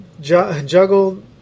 juggle